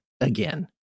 again